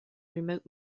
remote